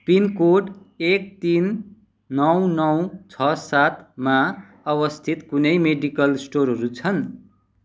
pin code एक तिन नौ नौ छ सातमा अवस्थित कुनै मेडिकल स्टोरहरू छन्